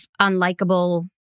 unlikable